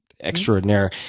extraordinaire